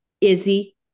Izzy